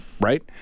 right